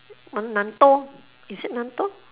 is it